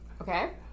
Okay